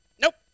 Nope